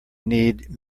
need